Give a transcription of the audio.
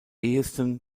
ehesten